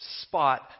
spot